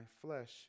flesh